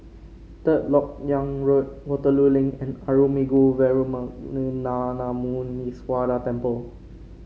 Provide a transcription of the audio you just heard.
Third LoK Yang Road Waterloo Link and Arulmigu Velmurugan Gnanamuneeswarar Temple